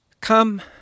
Come